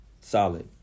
solid